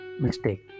mistake